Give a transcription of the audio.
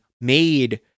made